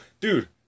dude